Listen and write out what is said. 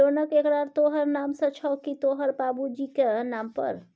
लोनक एकरार तोहर नाम सँ छौ की तोहर बाबुजीक नाम पर